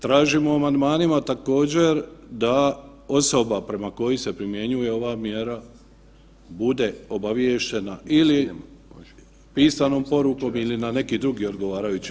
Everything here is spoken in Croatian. Tražimo u amandmanima također da osoba prema kojoj se primjenjuje ova mjera bude obaviještena ili pisanom porukom ili na neki drugi odgovarajući